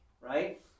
right